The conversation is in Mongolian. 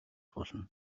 болно